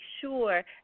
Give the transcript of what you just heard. sure